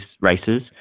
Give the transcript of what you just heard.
races